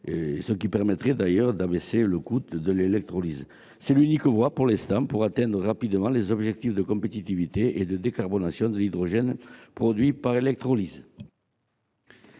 Cela permettrait d'ailleurs d'abaisser le coût de l'électrolyse. C'est l'unique voie dont nous disposons pour l'instant pour atteindre rapidement les objectifs de compétitivité et de décarbonation de l'hydrogène produit par électrolyse.